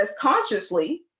consciously